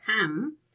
come